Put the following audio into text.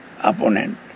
opponent